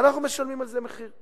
ואנחנו משלמים על זה מחיר.